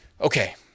Okay